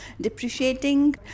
depreciating